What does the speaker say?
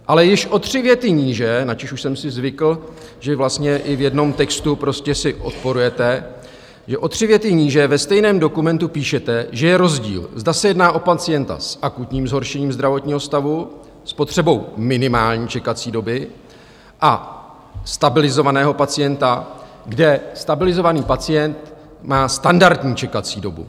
Ale již o tři věty níže, na což už jsem si zvykl, že vlastně i v jednom textu si odporujete, že o tři věty níže ve stejném dokumentu píšete, že je rozdíl, zda se jedná o pacienta s akutním zhoršením zdravotního stavu s potřebou minimální čekací doby, a stabilizovaného pacienta, kde stabilizovaný pacient má standardní čekací dobu.